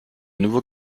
nouveaux